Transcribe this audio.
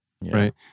right